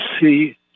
see